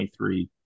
23